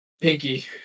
Pinky